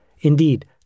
Indeed